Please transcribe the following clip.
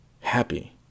happy